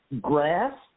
Grass